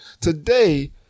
today